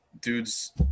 Dude's